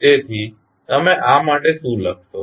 તેથી તમે આ માટે શું લખશો